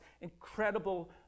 incredible